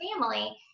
family